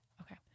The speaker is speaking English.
okay